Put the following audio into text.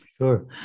Sure